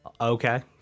Okay